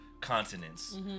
continents